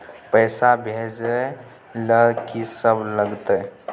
पैसा भेजै ल की सब लगतै?